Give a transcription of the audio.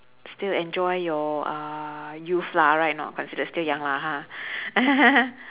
still enjoy your uh youth lah right or not considered still young lah ha